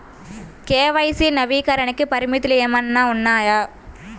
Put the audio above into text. KYC నవీకరణకి పరిమితులు ఏమన్నా ఉన్నాయా?